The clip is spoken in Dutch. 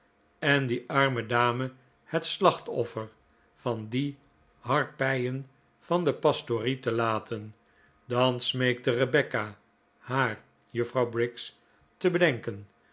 en die arme dame het slachtoffer van die harpijen van de pastorie te laten dan smeekte rebecca haar juffrouw briggs te bedenken